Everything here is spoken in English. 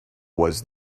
was